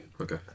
Okay